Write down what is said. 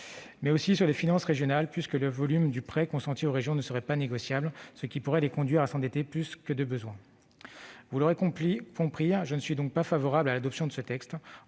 mais aussi sur les finances régionales, puisque le volume du prêt consenti aux régions ne serait pas négociable, ce qui pourrait conduire celles-ci à s'endetter plus que de besoin. Comme vous l'aurez compris, je ne suis pas favorable à l'adoption de ce texte.